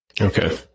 Okay